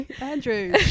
Andrew